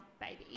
baby